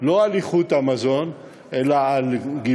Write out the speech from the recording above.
לא על איכות המזון או גיוונו,